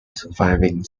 surviving